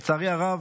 לצערי הרב